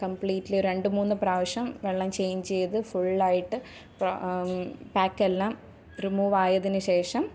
completely ഒരു രണ്ട്മൂന്നു പ്രാവശ്യം വെള്ളം ചേഞ്ച് ചെയ്ത് ഫുള്ളായിട്ട് പാക്ക് എല്ലാം റിമൂവ് ആയതിനുശേഷം